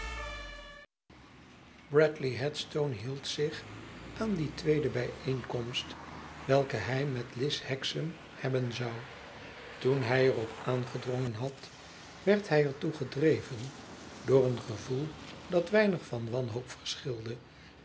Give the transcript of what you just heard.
bradley headstone hield zich aan die tweede bijeenkomst welke hi met lize hexam hebben zou toen hij er op aangedrongen had werd hij er toe gedreven door een gevoel dat weinig van wanhoop verschilde